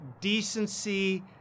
decency